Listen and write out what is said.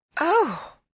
Oh